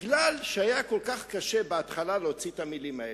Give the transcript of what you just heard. מכיוון שהיה כל כך קשה בהתחלה להוציא את המלים האלה,